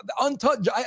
untouched